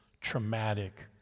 traumatic